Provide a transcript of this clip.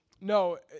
No